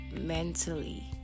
mentally